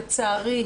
לצערי,